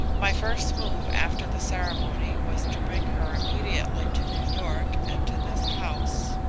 my first move after the ceremony was to bring her immediately to new york and to this house.